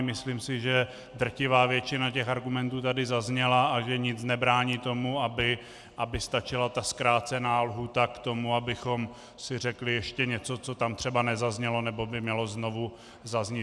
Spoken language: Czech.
Myslím si, že drtivá většina argumentů tady zazněla a že nic nebrání tomu, aby stačila ta zkrácená lhůta k tomu, abychom si řekli ještě něco, co tam třeba nezaznělo nebo by mělo znovu zaznít.